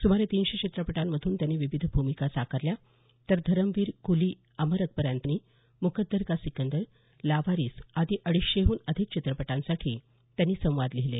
सुमारे तीनशे चित्रपटातून त्यांनी विविध भूमिका साकारल्या तर धरमवीर कुली अमर अकबर अँथोनी मुकद्दर का सिकंदर लावारिस आदी अडीचशेहून अधिक चित्रपटांसाठी त्यांनी संवाद लिहिले